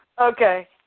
Okay